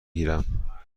گیرم